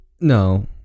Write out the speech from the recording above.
no